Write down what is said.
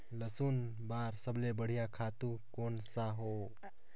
लसुन बार सबले बढ़िया खातु कोन सा हो?